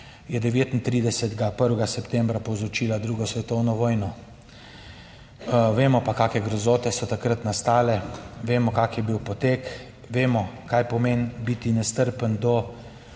je 1939. 1. septembra povzročila drugo svetovno vojno. Vemo pa, kakšne grozote so takrat nastale, vemo, kakšen je bil potek, vemo, kaj pomeni biti nestrpen do